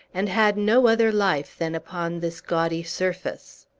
and had no other life than upon this gaudy surface.